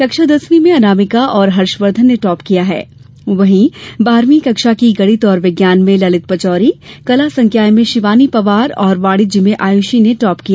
कक्षा दसवीं में अनामिका और हर्षवर्द्वन ने टाप किया है वहीं बारहवी कक्षा की गणित और विज्ञान में ललित पचौरी कला संकाय में शिवानी पवार और वाणिज्य में आयुषी ने टॉप किया